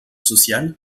social